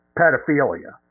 pedophilia